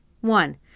One